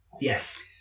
Yes